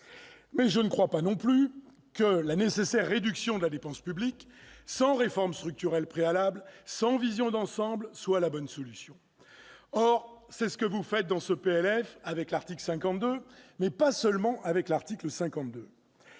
Mais je ne crois pas non plus que la nécessaire réduction de la dépense publique, sans réforme structurelle préalable, sans vision d'ensemble, soit la bonne solution. Or c'est ce que vous faites dans ce PLF, à travers l'article 52, mais pas seulement. Vous supprimez